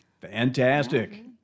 Fantastic